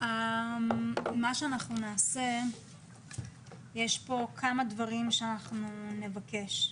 יש כאן כמה דברים שאנחנו נבקש.